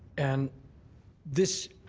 and this